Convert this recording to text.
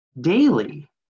daily